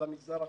למגזר החרדי.